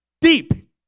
deep